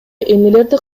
эмнелерди